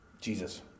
Jesus